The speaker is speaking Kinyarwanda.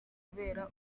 kubera